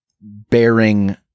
bearing